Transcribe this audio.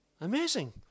amazing